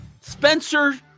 Spencer